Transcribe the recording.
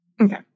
Okay